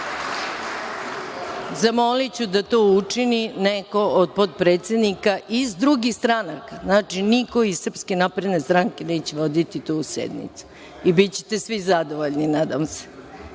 Zamoliću da to učini neko od potpredsednika iz drugih stranaka. Znači, niko iz SNS neće voditi tu sednicu i bićete svi zadovoljni, nadam se,